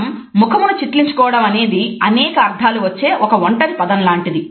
మనం ముఖమును చిట్లించుకోవడం అనేది అనేక అర్థాలు వచ్చే ఒక ఒంటరి పదం లాంటిది